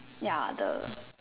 ya the